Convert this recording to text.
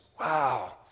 Wow